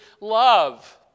love